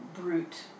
brute